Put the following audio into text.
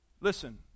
Listen